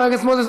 חבר הכנסת מוזס,